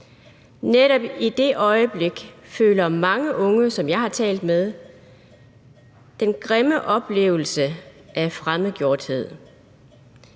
Netop i det øjeblik har mange unge, som jeg har talt med, den grimme oplevelse at føle sig fremmedgjort.